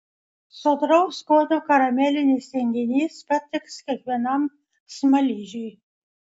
sodraus skonio karamelinis tinginys patiks kiekvienam smaližiui